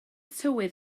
tywydd